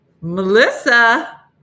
Melissa